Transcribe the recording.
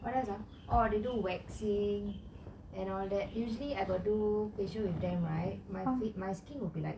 what else ah or they do waxing and all that usually I got do facial with them right my my skin will be like